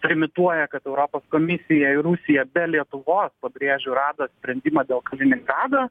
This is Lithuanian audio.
trimituoja kad europos komisija ir rusija be lietuvos pabrėžiu rado sprendimą dėl kaliningrado